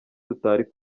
tutari